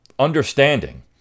understanding